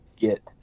get